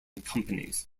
companies